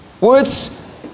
Words